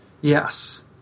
Yes